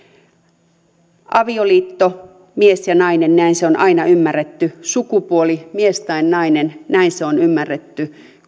avioliitto mies ja nainen näin se on aina ymmärretty sukupuoli mies tai nainen näin se on ymmärretty